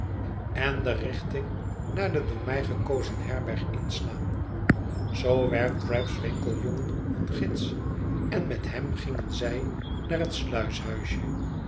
en de richting naar de door mij gekozen herberg inslaan zoo werd trabb's winkeljongen hun gids en met hem gingen zij naar het